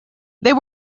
they